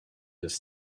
just